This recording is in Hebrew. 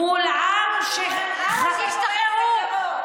מול עם מול עם שפועל בטרור.